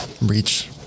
reach